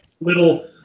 little